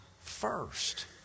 First